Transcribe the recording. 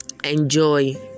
Enjoy